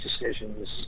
decisions